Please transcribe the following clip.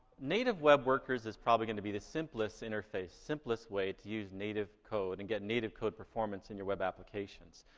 native web workers is probably gonna be the simplest interface, simplest way to use native code and get native code performance in your web applications.